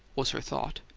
was her thought,